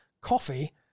coffee